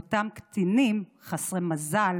לאותם קטינים חסרי מזל